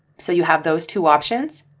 so you have those two options.